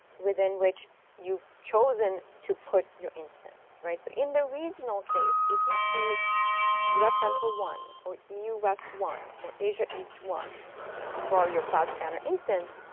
within which you've chosen to put your instance. so in the regional case, if you choose us central one, or eu west one, or asia east one for ah your cloud spanner instance,